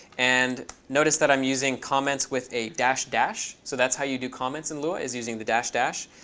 and notice that i'm using comments with a dash dash. so that's how you do comments in lua is using the dash dash.